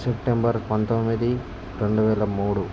September పంతొమ్మిది రెండు వేల మూడు